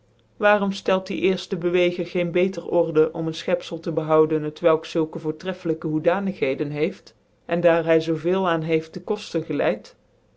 waarom ftclt die eerfte bcwccgcrgccn beter order om ccn fchepzcl tc behouden t welk zulke voortreffelijke hoedanigheden heeft en daar hy zoo veel aan heeft tc koftcn geleid